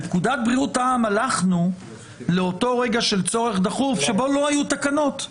בפקודת בריאות העם הלכנו לאותו רגע של צורך דחוף שבו לא היו תקנות.